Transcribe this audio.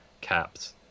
caps